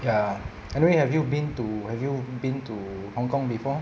ya anyway have been to have you been to hong-kong before